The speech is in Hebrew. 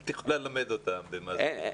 את יכולה ללמד אותם מה זה חינוך.